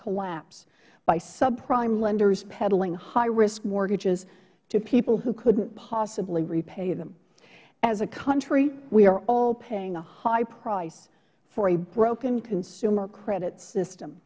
collapse by subprime lenders peddling highrisk mortgages to people who couldn't possibly repay them as a country we are all paying a high price for a broken consumer credit system